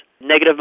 negative